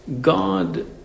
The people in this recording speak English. God